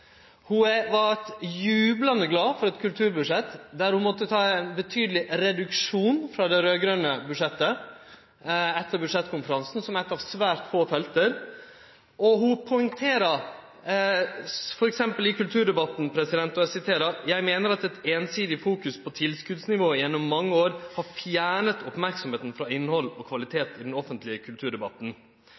jublande glad for eit kulturbudsjett der ho måtte ta ein betydeleg reduksjon frå det raud-grøne budsjettet – etter budsjettkonferansen – som eit av svært få felt. Ho poengterer t.d. i kulturdebatten: «Jeg mener at et ensidig fokus på tilskuddsnivået gjennom mange år har fjernet oppmerksomheten fra innhold og kvalitet i den offentlige kulturdebatten.»